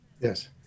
Yes